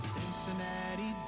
Cincinnati